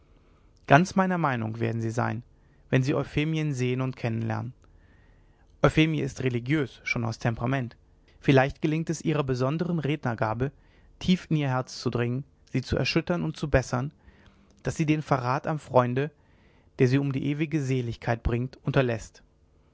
ganz meiner meinung werden sie sein wenn sie euphemien sehen und kennenlernen euphemie ist religiös schon aus temperament vielleicht gelingt es ihrer besonderen rednergabe tief in ihr herz zu dringen sie zu erschüttern und zu bessern daß sie den verrat am freunde der sie um die ewige seligkeit bringt unterläßt